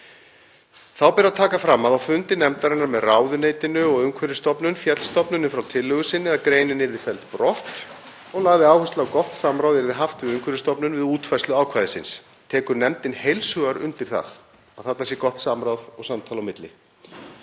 Þá ber að taka fram að á fundi nefndarinnar með ráðuneytinu og Umhverfisstofnun féll stofnunin frá tillögu sinni að greinin yrði felld brott og lagði áherslu á að gott samráð yrði haft við Umhverfisstofnun við útfærslu ákvæðisins. Tekur nefndin heils hugar undir það að þarna sé gott samráð og samtal á milli.